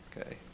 Okay